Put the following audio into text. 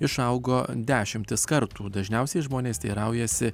išaugo dešimtis kartų dažniausiai žmonės teiraujasi